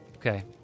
Okay